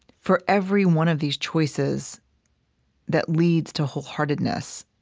for every one of these choices that leads to wholeheartedness,